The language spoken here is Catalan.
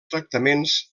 tractaments